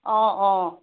অঁ অঁ